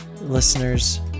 Listeners